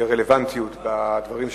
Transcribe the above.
ורלוונטיות בדברים שאמרת.